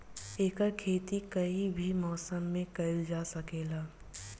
एकर खेती कोई भी मौसम मे कइल जा सके ला